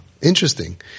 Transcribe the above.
Interesting